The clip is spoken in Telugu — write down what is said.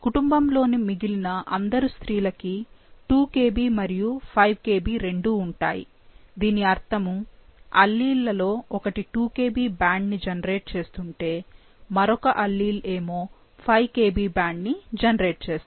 కుటుంబం లోని మిగిలిన అందరూ స్త్రీలకి 2 Kb మరియు 5 Kb రెండూ ఉంటాయి దీని అర్థము అల్లీల్ లలో ఒకటి 2 Kb బ్యాండ్ ని జెనరేట్ చేస్తుంటే మరొక అల్లీల్ ఏమో 5 Kb బ్యాండ్ ని జెనరేట్ చేస్తుంది